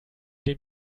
den